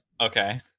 Okay